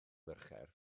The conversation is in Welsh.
mercher